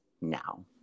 now